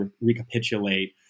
recapitulate